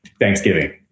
Thanksgiving